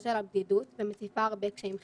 של הבדידות ומציפה הרבה קשיים חברתיים.